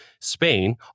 Spain